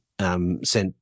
Sent